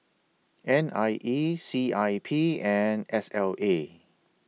N I E C I P and S L A